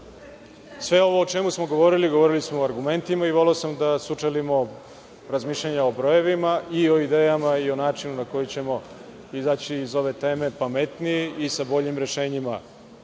Sve ovo o čemu smo govorili, govorili smo argumentima, i voleo sam da sučelimo razmišljanja o brojevima i o idejama, i o načinu na koji ćemo izaći iz ove teme pametniji i sa boljim rešenjima